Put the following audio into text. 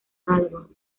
galgo